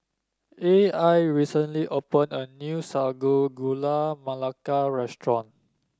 A I recently opened a new Sago Gula Melaka restaurant